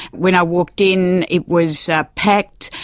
when i walked in it was ah packed.